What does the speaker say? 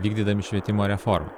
vykdydami švietimo reformą